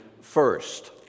first